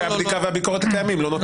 הבדיקה והביקורת הקיימים לא נותנים שום מענה.